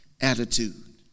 attitude